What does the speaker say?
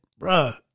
bruh